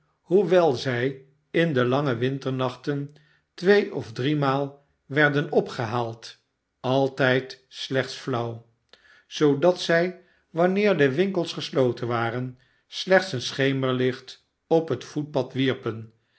hoewel zij in de lange winternachten twee of dnemaal werden opgehaald aitijd slechts flauw zoodat zij wanneer de wmkels gesloten waren slechts een schemerlicht op het voetpad wierpen